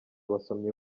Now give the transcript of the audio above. abasomyi